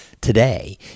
today